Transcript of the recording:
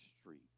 street